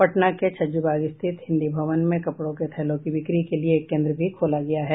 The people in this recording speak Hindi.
पटना के छज्जूबाग स्थित हिन्दी भवन में कपड़ों के थैलों की बिक्री के लिए एक केन्द्र भी खोला गया है